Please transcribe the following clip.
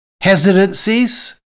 hesitancies